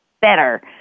better